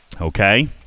Okay